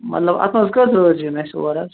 مطلب اَتھ منٛز کٔژ رٲژ یِنۍ اسہِ اور حظ